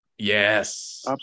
yes